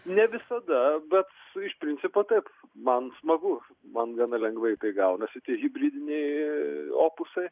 ne visada bet su iš principo taip man smagu man gana lengvai tai gaunasi tie hibridiniai opusai